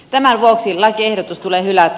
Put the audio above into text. tämän vuoksi lakiehdotus tulee hylätä